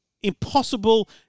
impossible